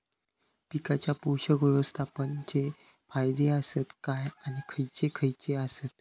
पीकांच्या पोषक व्यवस्थापन चे फायदे आसत काय आणि खैयचे खैयचे आसत?